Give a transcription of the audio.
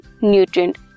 nutrient